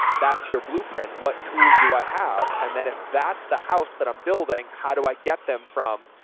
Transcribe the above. that's your blueprint. what tools do i have? and then if that's the house that i'm building, how do i get them from?